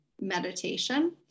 meditation